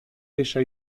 pêcha